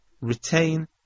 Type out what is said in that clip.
retain